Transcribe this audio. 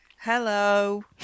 Hello